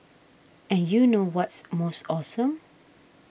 and you know what's most awesome